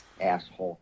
Asshole